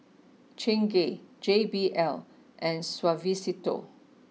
Chingay J B L and Suavecito